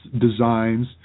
designs